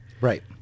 Right